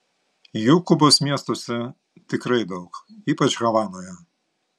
jų kubos miestuose tikrai daug ypač havanoje